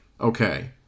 okay